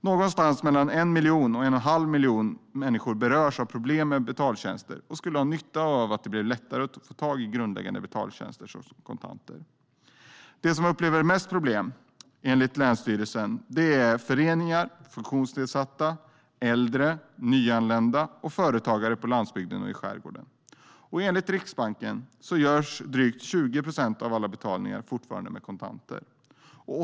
Någonstans mellan 1 miljon och 1 1⁄2 miljon människor berörs av problem med betaltjänster och skulle ha nytta av att det blev lättare att få tag i grundläggande betaltjänster för kontanter. De som enligt länsstyrelserna upplever mest problem med betaltjänster är föreningar, funktionsnedsatta, äldre, nyanlända och företagare på landsbygden och skärgården. Enligt Riksbanken görs drygt 20 procent av alla betalningar fortfarande med kontanter.